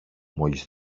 μόλις